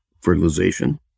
fertilization